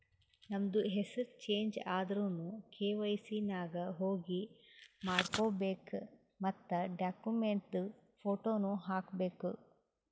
ನಮ್ದು ಹೆಸುರ್ ಚೇಂಜ್ ಆದುರ್ನು ಕೆ.ವೈ.ಸಿ ನಾಗ್ ಹೋಗಿ ಮಾಡ್ಕೋಬೇಕ್ ಮತ್ ಡಾಕ್ಯುಮೆಂಟ್ದು ಫೋಟೋನು ಹಾಕಬೇಕ್